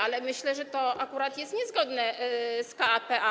Ale myślę, że to akurat jest niezgodne z k.p.a.